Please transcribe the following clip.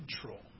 control